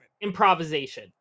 improvisation